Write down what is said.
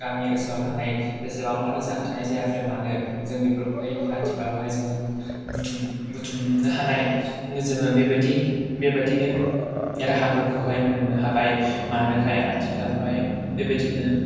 गामि ओनसोलाव थानाय जेसेबांमानि जाथाय जायाथों मानो जों बेफोरखौहाय आथिखालावहाय जों बुथुमनो हानाय जों बेबादि बेबादिनो राहाफोरखौहाय मोननो हाबाय मानोखाय आथिखालाव बेबायदिनो